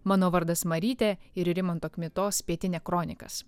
mano vardas marytė ir rimanto kmitos pietinė kronikas